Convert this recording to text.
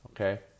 Okay